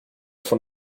von